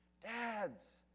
dads